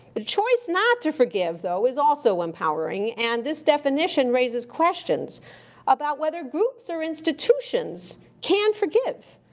the choice not to forgive, though, is also empowering. and this definition raises questions about whether groups or institutions can forgive,